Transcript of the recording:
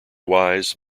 wise